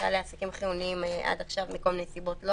למשל לעסקים חיוניים שעד עכשיו מכל מיני סיבות לא